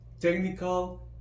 technical